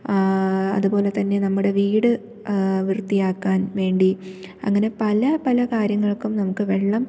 അതുപോലെതന്നെ നമ്മുടെ വീട് വൃത്തിയാക്കാൻ വേണ്ടി അങ്ങനെ പല പല കാര്യങ്ങൾക്കും നമുക്ക് വെള്ളം